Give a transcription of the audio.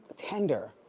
tender.